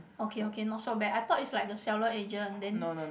okay okay not so bad I thought it's like the seller agent then